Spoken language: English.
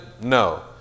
No